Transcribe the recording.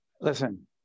Listen